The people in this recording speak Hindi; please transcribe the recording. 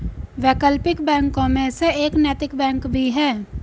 वैकल्पिक बैंकों में से एक नैतिक बैंक भी है